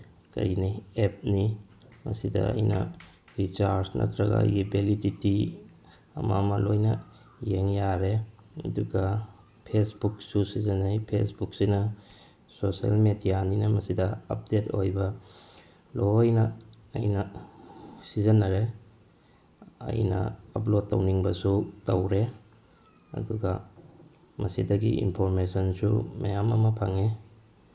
ꯀꯔꯤꯅꯤ ꯑꯦꯞꯅꯤ ꯃꯁꯤꯗ ꯑꯩꯅ ꯔꯤꯆꯥꯔꯖ ꯅꯠꯇ꯭ꯔꯒ ꯑꯩꯒꯤ ꯚꯦꯂꯤꯗꯤꯇꯤ ꯑꯃ ꯑꯃ ꯂꯣꯏꯅ ꯌꯦꯡ ꯌꯥꯔꯦ ꯑꯗꯨꯒ ꯐꯦꯁꯕꯨꯛꯁꯨ ꯁꯤꯖꯤꯟꯅꯩ ꯐꯦꯁꯕꯨꯛꯁꯤꯅ ꯁꯣꯁꯤꯌꯦꯜ ꯃꯦꯗꯤꯌꯥꯅꯤꯅ ꯃꯁꯤꯗ ꯑꯞꯗꯦꯠ ꯑꯣꯏꯕ ꯂꯣꯏꯅ ꯑꯩꯅ ꯁꯤꯖꯤꯟꯅꯔꯦ ꯑꯩꯅ ꯑꯞꯂꯣꯠ ꯇꯧꯅꯤꯡꯕꯁꯨ ꯇꯧꯔꯦ ꯑꯗꯨꯒ ꯃꯁꯤꯗꯒꯤ ꯏꯟꯐꯣꯔꯃꯦꯁꯟꯁꯨ ꯃꯌꯥꯝ ꯑꯃ ꯐꯪꯉꯦ